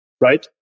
right